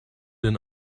den